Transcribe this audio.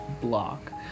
block